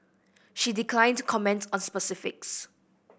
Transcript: she declined to comment on specifics